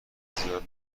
زیاد